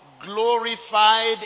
Glorified